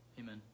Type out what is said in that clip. Amen